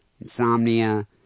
insomnia